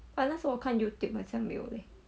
but 那时候我看 youtube 好像没有 leh